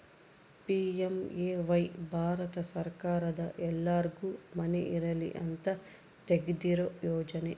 PMAY Bharat ಸರ್ಕಾರದ ಎಲ್ಲರ್ಗು ಮನೆ ಇರಲಿ ಅಂತ ತೆಗ್ದಿರೊ ಯೋಜನೆ